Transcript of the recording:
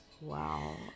Wow